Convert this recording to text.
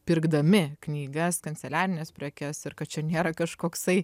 pirkdami knygas kanceliarines prekes ir kad čia nėra kažkoksai